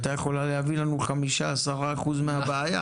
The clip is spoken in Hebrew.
היא הייתה יכולה להביא לנו 5%-10% מהבעיה.